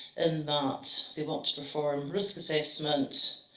and that they want to perform risk assessment,